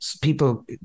People